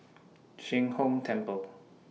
Sheng Hong Temple